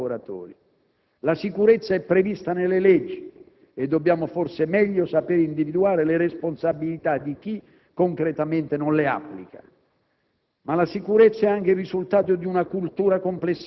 ma modernamente promossi i diritti dei lavoratori. La sicurezza è prevista nelle leggi e dobbiamo forse meglio saper individuare le responsabilità di chi concretamente non le applica.